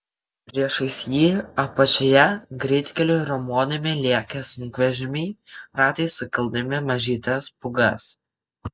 priešais jį apačioje greitkeliu riaumodami lėkė sunkvežimiai ratais sukeldami mažytes pūgas